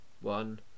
one